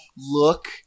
look